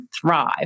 thrive